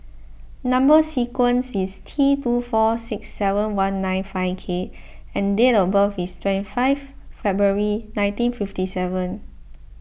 Number Sequence is T two four six seven one nine five K and date of birth is twenty five February nineteen fifty seven